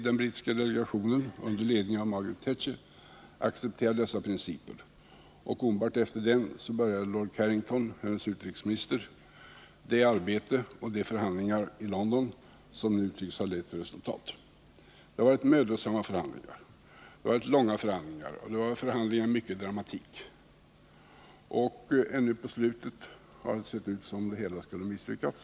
Den brittiska delegationen under ledning av Margaret Thatcher accepterade dessa principer. Och omedelbart efter samväldeskonferensen inledde lord Carrington, Margaret Thatchers utrikesminister, det arbete och de förhandlingar i London som nu tycks ha lett till resultat. Förhandlingarna har varit mödosamma, långa och mycket dramatiska, och ända till slutet har det sett ut som om förhandlingarna skulle misslyckas.